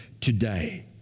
today